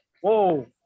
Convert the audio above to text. whoa